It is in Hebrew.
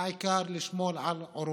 העיקר לשמור על עורו.